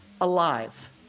alive